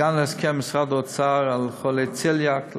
הגענו להסכם עם משרד האוצר לגבי חולי צליאק,